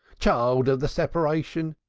child of the separation!